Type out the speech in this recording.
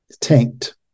tanked